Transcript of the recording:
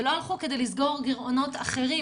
ולא הלכו כדי לסגור גירעונות אחרים.